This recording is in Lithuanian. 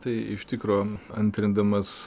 tai iš tikro antrindamas